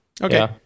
Okay